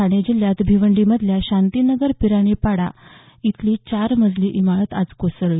ठाणे जिल्ह्यात भिवंडीमधल्या शांतीनगर पिरानी पाडा इथली चार मजली इमारत आज कोसळली